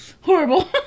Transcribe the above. Horrible